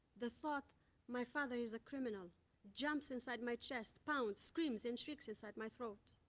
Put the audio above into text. the thought my father is a criminal jumps inside my chest, pounds, screams, and shrieks inside my throat.